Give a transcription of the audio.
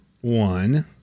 one